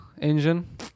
engine